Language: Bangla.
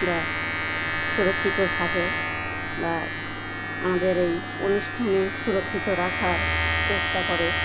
ওরা সুরক্ষিত থাকে বা আমাদের এই অনুষ্ঠানে সুরক্ষিত রাখার চেষ্টা করে